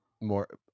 more